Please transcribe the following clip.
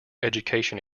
education